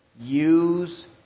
use